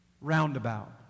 Roundabout